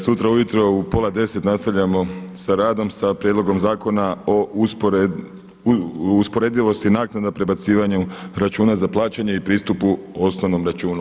Sutra ujutro u pola deset nastavljamo sa radom sa Prijedlogom zakona o usporedivosti naknada, prebacivanju računa za plaćanje i pristupu osnovnom računu.